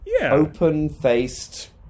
open-faced